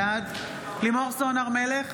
בעד לימור סון הר מלך,